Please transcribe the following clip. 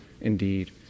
indeed